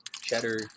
Cheddar